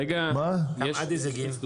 עד איזה גיל?